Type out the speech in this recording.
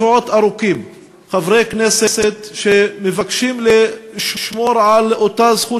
זה שבועות ארוכים חברי כנסת שמבקשים לשמור על אותה זכות